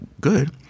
good